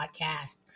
podcast